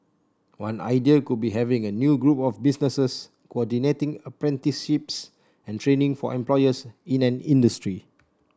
one idea could be having a new group of businesses coordinating apprenticeships and training for employers in an industry